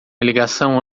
ligação